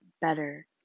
better